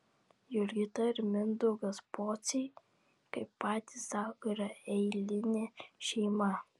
jurgita ir mindaugas pociai kaip patys sako yra eilinė šeima